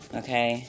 okay